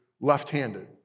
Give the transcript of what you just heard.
left-handed